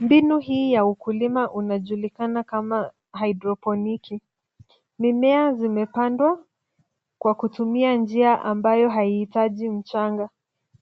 Mbinu hii ya ukulima imejulikana kama hydroponiki. Mimea zimepandwa kwa kutumia njia ambayo haihitaji mchanga.